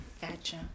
Gotcha